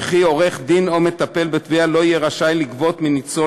וכי עורך-דין או מטפל בתביעה לא יהא רשאי לגבות מניצול